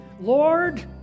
Lord